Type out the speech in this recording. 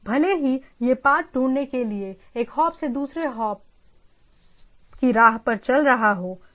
भले ही यह पाथ ढूंढने के लिए एक हॉप से दूसरे हॉप से हॉप की राह पर चल रहा हो इसे वापस आना होगा